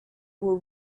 were